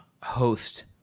host